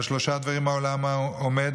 "על שלושה דברים העולם עומד,